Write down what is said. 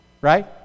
right